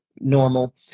normal